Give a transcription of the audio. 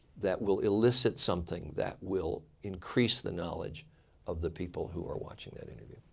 that will elicit something that will increase the knowledge of the people who are watching that interview.